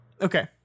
Okay